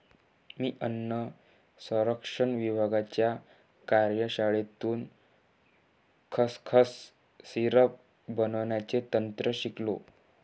मी अन्न संरक्षण विभागाच्या कार्यशाळेतून खसखस सिरप बनवण्याचे तंत्र शिकलो